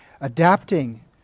adapting